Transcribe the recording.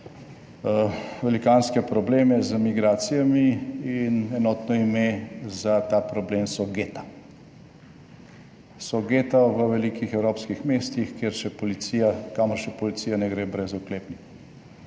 velikanske probleme z migracijami. In enotno ime za ta problem so geta. So geta v velikih evropskih mestih, kamor še policija ne gre brez oklepnikov.